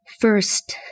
First